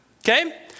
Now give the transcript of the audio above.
Okay